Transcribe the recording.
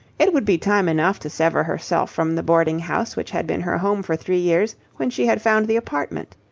it would be time enough to sever herself from the boarding-house which had been her home for three years when she had found the apartment.